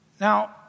Now